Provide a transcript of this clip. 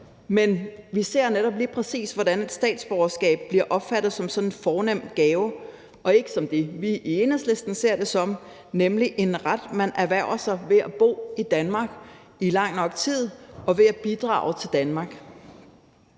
Men vi ser, lige præcis hvordan det her statsborgerskab bliver opfattet som sådan en fornem gave og altså ikke som det, vi i Enhedslisten ser det som, nemlig en ret, man erhverver sig ved at bo i Danmark i lang nok tid og ved at bidrage til Danmark.